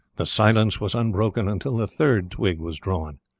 the silence was unbroken until the third twig was drawn.